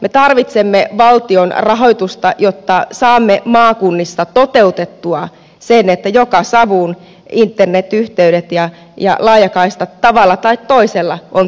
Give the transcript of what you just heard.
me tarvitsemme valtion rahoitusta jotta saamme maakunnissa toteutettua sen että joka savuun internetyhteydet ja laajakaistat tavalla tai toisella on toteutettu